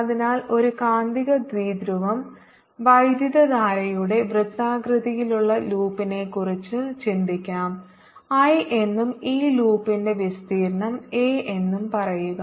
അതിനാൽ ഒരു കാന്തിക ദ്വിധ്രുവം വൈദ്യുതധാരയുടെ വൃത്താകൃതിയിലുള്ള ലൂപ്പിനെക്കുറിച്ച് ചിന്തിക്കാം i എന്നും ഈ ലൂപ്പിന്റെ വിസ്തീർണ്ണം a എന്നും പറയുക